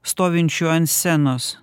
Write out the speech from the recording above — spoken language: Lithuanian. stovinčiu ant scenos